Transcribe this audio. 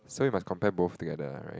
so you must compare both together uh right